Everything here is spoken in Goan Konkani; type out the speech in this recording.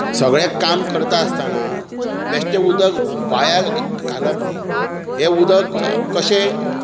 सगळें काम करता आसताना बेश्टें उदक वाया घालप न्ही हें उदक कशें